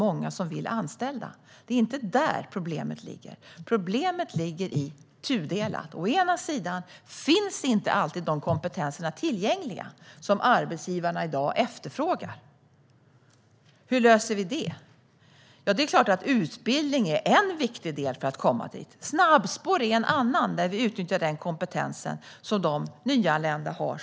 Många vill anställa. Det är inte där problemet ligger. Problemet är tudelat. Å ena sidan finns inte alltid de kompetenser tillgängliga som arbetsgivarna i dag efterfrågar. Hur löser vi det problemet? Det är klart att utbildning är en viktig del för att komma dit. Snabbspår är en annan väg genom att utnyttja den kompetens som nyanlända har.